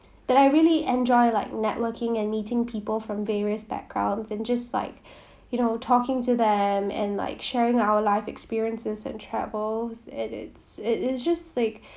but I really enjoy like networking and meeting people from various backgrounds and just like you know talking to them and like sharing our life experiences and travels and it's it is just like